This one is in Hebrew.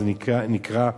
זה נקרא,